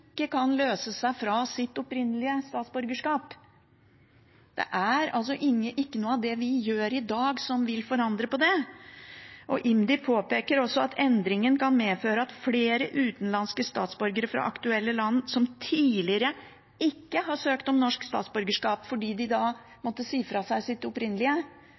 ikke kan løse seg fra sitt opprinnelige statsborgerskap. Det er altså ikke noe av det vi gjør i dag, som vil forandre på det. IMDi påpeker også at endringen kan medføre at flere utenlandske statsborgere fra aktuelle land som tidligere ikke har søkt om norsk statsborgerskap fordi de da måtte si fra seg sitt opprinnelige,